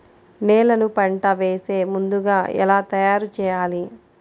నేలను పంట వేసే ముందుగా ఎలా తయారుచేయాలి?